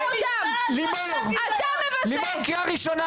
-- לימור קריאה ראשונה,